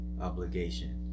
obligation